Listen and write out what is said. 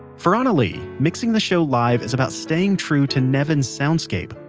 for anna-lee, mixing the show live is about staying true to nevin's soundscape,